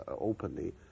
openly